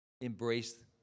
embrace